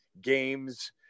games